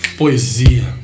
poesia